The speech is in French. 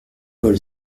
paul